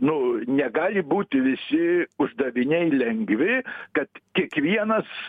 nu negali būti visi uždaviniai lengvi kad kiekvienas